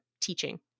teaching